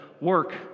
work